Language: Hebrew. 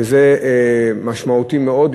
וזה משמעותי מאוד.